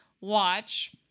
watch